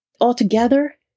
Altogether